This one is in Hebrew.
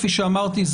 כפי שאמרתי,